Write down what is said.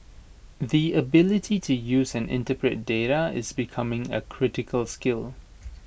the ability to use and interpret data is becoming A critical skill